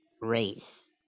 race